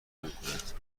نمیکنند